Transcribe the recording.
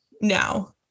now